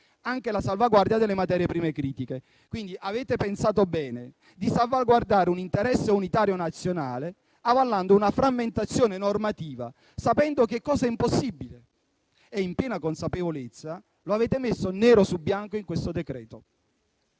anche nella salvaguardia delle materie prime critiche. Quindi avete pensato bene di salvaguardare un interesse unitario nazionale avallando una frammentazione normativa, sapendo che è cosa impossibile. E, in piena consapevolezza, lo avete messo nero su bianco in questo decreto-legge.